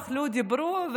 אכלו ודיברו,